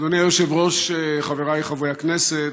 אדוני היושב-ראש, חבריי חברי הכנסת,